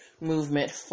movement